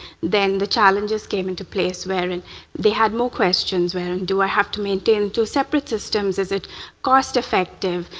then the challenges came into place where and they had more questions, wherein, do i have to maintain two separate systems? is it cost effective?